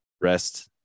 rest